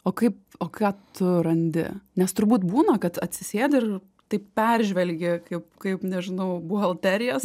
o kaip o ką tu randi nes turbūt būna kad atsisėdi ir taip peržvelgi kaip kaip nežinau buhalterijas